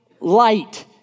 light